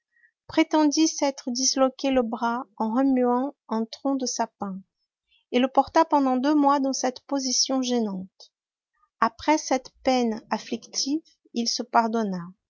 prétendit s'être disloqué le bras en remuant un tronc de sapin et le porta pendant deux mois dans cette position gênante après cette peine afflictive il se pardonna